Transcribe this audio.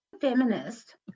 Feminist